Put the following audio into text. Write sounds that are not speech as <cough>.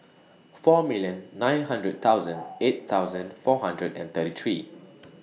four million nine hundred thousand <noise> eight thousand four hundred and thirty three